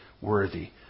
worthy